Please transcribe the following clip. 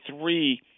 three